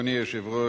אדוני היושב-ראש,